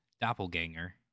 doppelganger